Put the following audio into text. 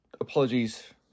Apologies